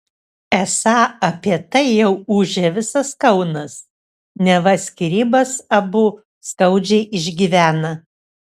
esą apie tai jau ūžia visas kaunas neva skyrybas abu skaudžiai išgyvena